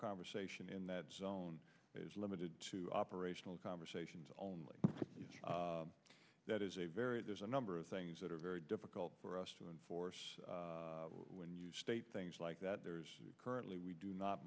conversation in that zone is limited to operational conversations only that is a very there's a number of things that are very difficult for us to enforce when you state things like that currently we do not